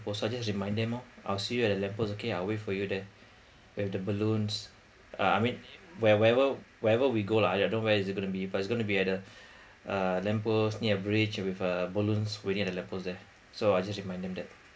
post so just remind them oh I'll see you at the lamppost okay I'll wait for you there with the balloons uh I mean where wherever wherever we go lah I don't know where is it gonna be but it's going to be at a lamp post near a bridge with uh balloons waiting at the lamp post there so I just remind them that